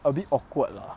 a bit awkward lah